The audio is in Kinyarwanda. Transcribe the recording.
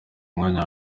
umwanya